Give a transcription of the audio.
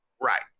Right